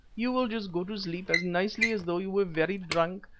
you will just go to sleep as nicely as though you were very drunk,